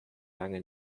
lange